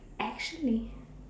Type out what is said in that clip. actually